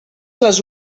les